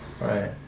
Right